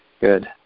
Good